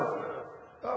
טוב,